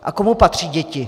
A komu patří děti?